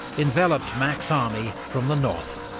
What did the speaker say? enveloped mack's army from the north.